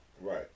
Right